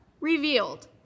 revealed